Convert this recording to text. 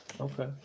Okay